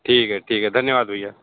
ठीक है ठीक है धन्यवाद भैया